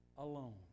Alone